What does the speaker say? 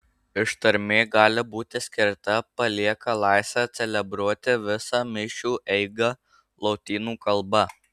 ištarmė gali būti skirta palieka laisvę celebruoti visą mišių eigą lotynų kalba